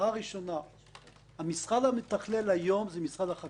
המשרד המתכלל היום הוא משרד החקלאות.